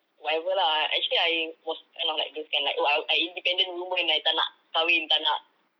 whatever lah actually I was kind of those kind like oh I I independent woman I tak nak kahwin tak nak